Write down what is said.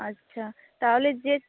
আচ্ছা তাহলে যে